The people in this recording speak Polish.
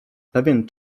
pewien